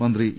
മന്ത്രി ഇ